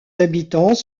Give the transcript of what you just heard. habitants